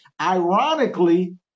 Ironically